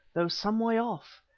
though some way off,